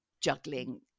juggling